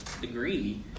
degree